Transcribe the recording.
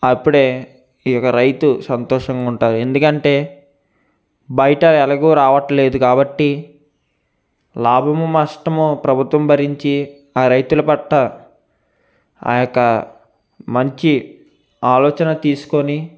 అప్పుడే ఈ యొక్క రైతు సంతోషంగా ఉంటుంది ఎందుకంటే బయట ఎలాగో రావటం లేదు కాబట్టి లాభమో నష్టమో ప్రభుత్వం భరించి ఆ రైతుల పట్ల ఆ యొక్క మంచి ఆలోచన తీసుకొని